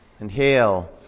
Inhale